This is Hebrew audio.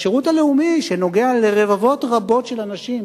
השירות הלאומי, שנוגע לרבבות רבות של אנשים